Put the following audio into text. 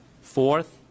Fourth